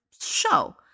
Show